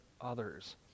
others